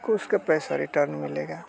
तो उसका पैसा रिटर्न मिलेगा